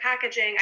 packaging